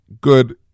good